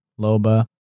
Loba